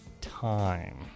time